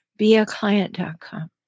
Beaclient.com